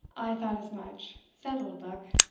i thought as much, said oldbuck.